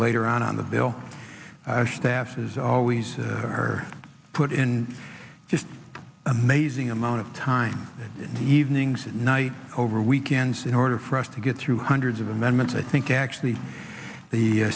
later on the bill that has always heard put in just amazing amount of time in the evenings at night over weekends in order for us to get through hundreds of amendments i think actually the